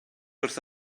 wrth